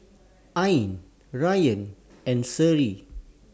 Ain Rayyan and Seri